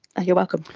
you're welcome.